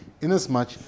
inasmuch